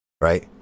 right